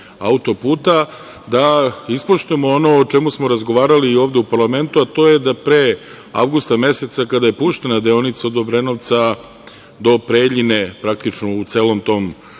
autoputa, da ispoštujemo ono o čemu smo razgovarali i ovde u parlamentu, a to je da pre avgusta meseca kada je puštena deonica od Obrenovca do Preljine, praktično u celom tom